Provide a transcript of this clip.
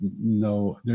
no